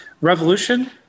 Revolution